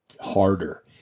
harder